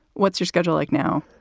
what's your schedule like now?